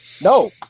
No